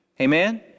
Amen